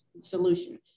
solution